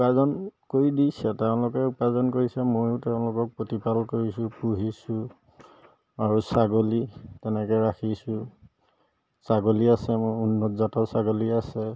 উপাৰ্জন কৰি দিছে তেওঁলোকে উপাৰ্জন কৰিছে ময়ো তেওঁলোকক প্ৰতিপাল কৰিছোঁ পুহিছোঁ আৰু ছাগলী তেনেকৈ ৰাখিছোঁ ছাগলী আছে মোৰ উন্নত জাতৰ ছাগলী আছে